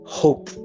hope